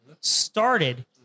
started